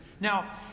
Now